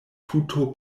tuto